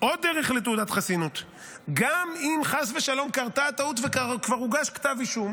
גם אם חס ושלום קרתה טעות וכבר הוגש כתב אישום